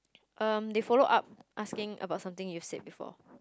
err they follow up asking about something you said before